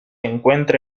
encuentra